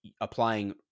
applying